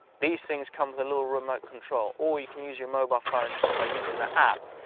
these things come with a little remote control, or you can use your mobile phone by using the app,